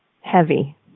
heavy